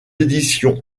éditions